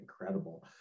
incredible